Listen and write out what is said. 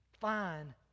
fine